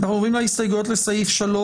אנחנו עוברים להסתייגויות לסעיף 3